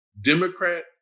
Democrat